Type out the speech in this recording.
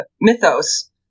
Mythos